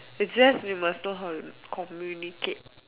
is just you must know how to communicate